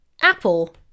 Apple